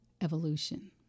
evolution